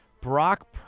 Brock